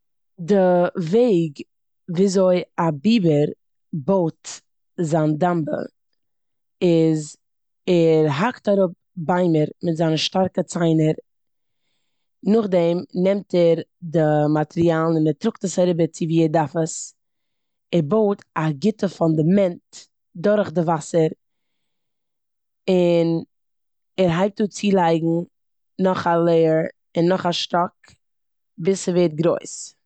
די וועג וויאזוי א ביבער בויט זיין דאמבע איז ער האקט אראפ ביימער מיט זיין שטארקע ציינער, נאכדעם נעמט ער די מאטריאלן און ער טראגט עס אריבער צו ווי ער דארף עס. ער בויט א גוטע פונדאמענט דורך די וואסער און ער הייבט אן צילייגן נאך א לעיער און נאך א שטאק ביז ס'ווערט גרויס.